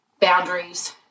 boundaries